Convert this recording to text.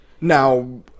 now